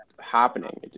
happening